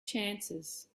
chances